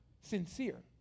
sincere